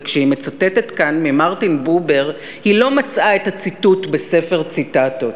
וכשהיא מצטטת כאן ממרטין בובר היא לא מצאה את הציטוט בספר ציטטות